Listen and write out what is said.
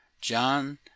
John